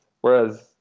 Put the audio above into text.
Whereas